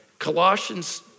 Colossians